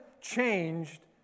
changed